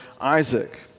Isaac